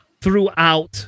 throughout